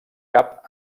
cap